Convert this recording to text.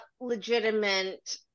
legitimate